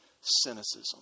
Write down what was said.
cynicism